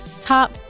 top